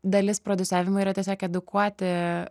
dalis prodiusiavimo yra tiesiog edukuoti